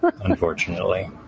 Unfortunately